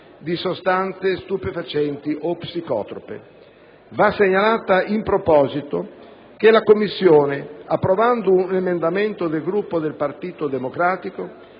di sostanze stupefacenti o psicotrope. Va segnalato in proposito che la Commissione, approvando un emendamento del Gruppo del Partito Democratico,